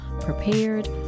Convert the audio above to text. prepared